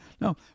No